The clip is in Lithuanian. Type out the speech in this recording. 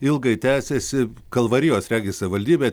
ilgai tęsiasi kalvarijos regis savivaldybė